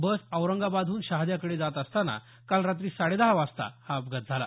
बस औरंगाबादहून शहाद्याकडे जात असताना काल रात्री साडेदहा वाजता हा अपघात झाला